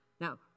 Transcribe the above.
Now